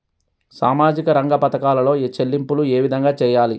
సామాజిక రంగ పథకాలలో చెల్లింపులు ఏ విధంగా చేయాలి?